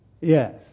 Yes